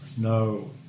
No